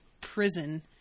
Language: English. prison